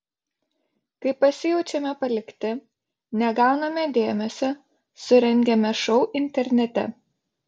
kai pasijaučiame palikti negauname dėmesio surengiame šou internete